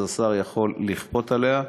אז השר יכול לכפות עליו.